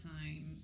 time